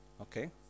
Okay